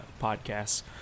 podcasts